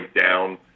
down